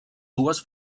dues